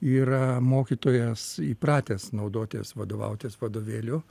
yra mokytojas įpratęs naudotis vadovautis vadovėliu